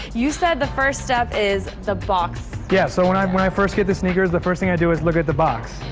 you said the first step is the box. yeah, so when i when i first get the sneakers, the first thing i do is look at the box,